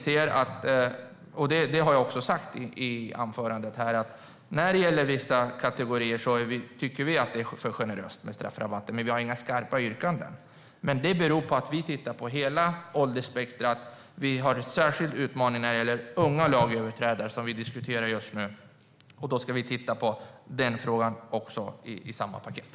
Som jag sa i anförandet tycker vi att straffrabatterna är alltför generösa i vissa kategorier, men vi har inga skarpa yrkanden. Det beror på att vi tittar på hela åldersspektrumet. Vi har särskilda utmaningar när det gäller unga lagöverträdare, som vi diskuterar just nu, och då ska vi titta på den frågan i samma paket.